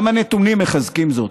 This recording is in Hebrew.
גם הנתונים מחזקים זאת.